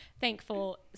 thankful